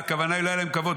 הכוונה היא שלא היה להם כבוד,